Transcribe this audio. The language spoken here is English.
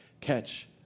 catch